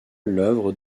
l’œuvre